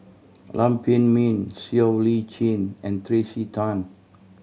Lam Pin Min Siow Lee Chin and Tracey Tan